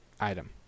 item